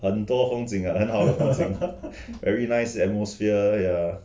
很多风景啊很好的风景 very nice atmosphere ya